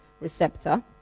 receptor